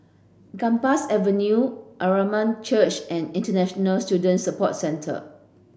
Gambas Avenue Church and International Student Support Centre